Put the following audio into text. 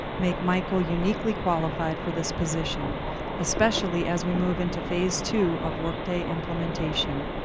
make michael uniquely qualified for this position especially as we move into phase two of work day implementation.